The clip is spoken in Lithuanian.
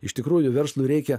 iš tikrųjų verslui reikia